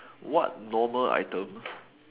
what normal item